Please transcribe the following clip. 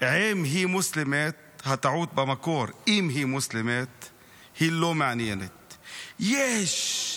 "עם היא מוסלמית" הטעות במקור,"היא לא מעניינת"; "יש,